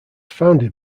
founded